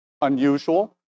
unusual